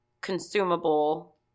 consumable